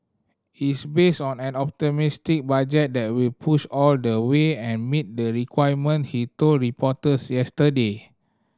is based on an optimistic budget that will push all the way and meet the requirement he told reporters yesterday